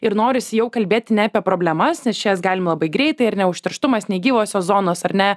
ir norisi jau kalbėti ne apie problemas nes čia jas galim labai greitai ar ne užterštumas negyvosios zonos ar ne